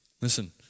Listen